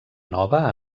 nova